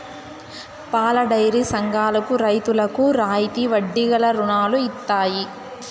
పాలడైరీ సంఘాలకు రైతులకు రాయితీ వడ్డీ గల రుణాలు ఇత్తయి